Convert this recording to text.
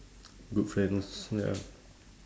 good friends ya